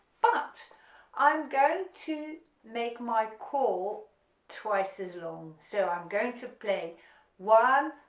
but i'm going to make my call twice as long, so i'm going to play one,